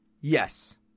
Yes